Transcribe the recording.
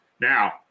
Now